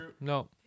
No